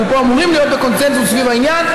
אנחנו פה אמורים להיות בקונסנזוס סביב העניין,